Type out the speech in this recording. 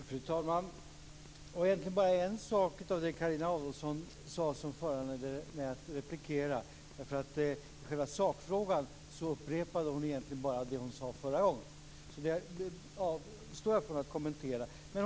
Fru talman! Det var egentligen bara en sak av det Carina Adolfsson sade som föranledde mig att replikera. I själva sakfrågan upprepade hon bara det hon sade förra gången, och jag avstår från att kommentera det.